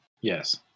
Yes